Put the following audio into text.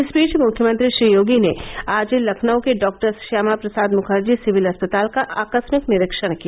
इस बीच मुख्यमंत्री श्री योगी ने आज लखनऊ के डॉक्टर श्यामा प्रसाद मुखर्जी सिविल अस्पताल का आकस्मिक निरीक्षण किया